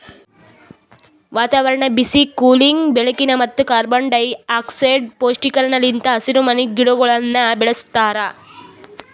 ವಾತಾವರಣ, ಬಿಸಿ, ಕೂಲಿಂಗ್, ಬೆಳಕಿನ ಮತ್ತ ಕಾರ್ಬನ್ ಡೈಆಕ್ಸೈಡ್ ಪುಷ್ಟೀಕರಣ ಲಿಂತ್ ಹಸಿರುಮನಿ ಗಿಡಗೊಳನ್ನ ಬೆಳಸ್ತಾರ